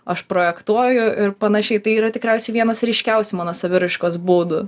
aš projektuoju ir panašiai tai yra tikriausiai vienas ryškiausių mano saviraiškos būdų